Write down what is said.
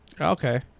Okay